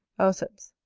auceps.